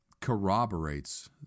corroborates